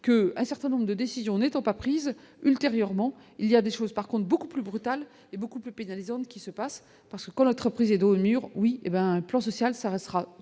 que un certain nombre de décisions n'étant pas prise ultérieurement, il y a des choses par compte beaucoup plus brutal et beaucoup plus pénalisante, qui se passe parce que l'entreprise est oui hé ben un plan social, ça restera